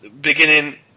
beginning